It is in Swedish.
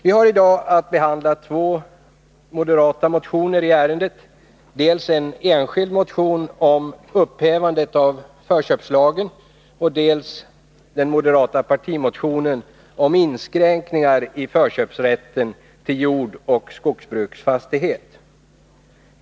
Vi har i dag att behandla två moderata motioner i ärendet, dels en enskild motion om upphävande av förköpslagen, dels den moderata partimotionen om inskränkningar i förköpsrätten till jordoch skogsbruksfastighet.